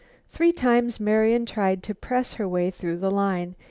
three times marian tried to press her way through the line.